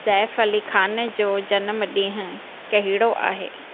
safe Ali Khan जो जनमु ॾींहुं कहिड़ो आहे